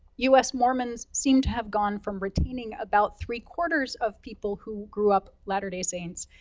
us mormons seem to have gone from retaining about three quarters of people who grew up latter-day saints,